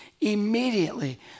immediately